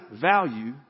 value